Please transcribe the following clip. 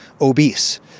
obese